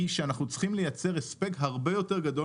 היא שאנחנו צריכים לייצר הספק הרבה יותר גדול